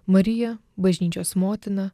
mariją bažnyčios motiną